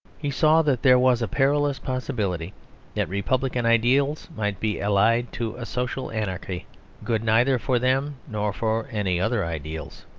he saw that there was a perilous possibility that republican ideals might be allied to a social anarchy good neither for them nor for any other ideals.